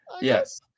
yes